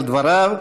על דבריו.